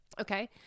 okay